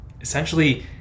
essentially